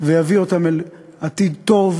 ויביא אותם אל עתיד טוב,